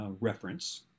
reference